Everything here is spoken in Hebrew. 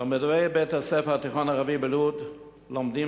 תלמידי בית-הספר התיכון הערבי בלוד לומדים